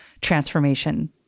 transformation